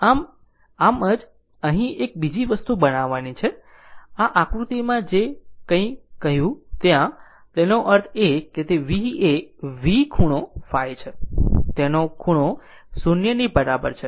આમ આમ જ અહીં એક બીજી વસ્તુ બનાવવાની છે આ આકૃતિમાં જે કંઈ કહ્યું ત્યાં તેનો અર્થ એ કે તે v એ V ખૂણો ϕ છે અને તે ખૂણો 0ની બરાબર છે